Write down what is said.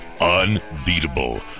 unbeatable